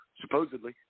supposedly